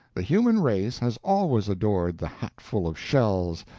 the human race has always adored the hatful of shells,